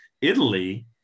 Italy